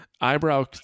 eyebrow